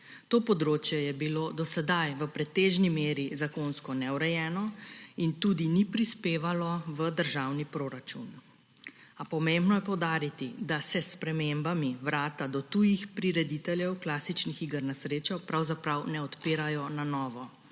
To področje je bilo do sedaj v pretežni meri zakonsko neurejeno in tudi ni prispevalo v državni proračun. A pomembno je poudariti, da se s spremembami vrata do tujih prirediteljev klasičnih iger na srečo pravzaprav ne odpirajo na novo,